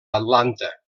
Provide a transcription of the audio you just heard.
atlanta